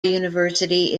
university